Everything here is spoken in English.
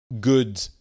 good